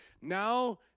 Now